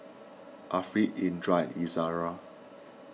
Afiq Indra and Izara